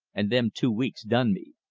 and them two weeks done me.